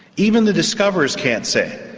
even the discoverers can't say it.